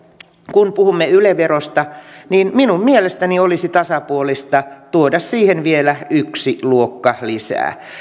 kun puhumme yle verosta niin minun mielestäni olisi tasapuolista tuoda siihen vielä yksi luokka lisää